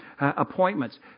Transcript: appointments